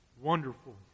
Wonderful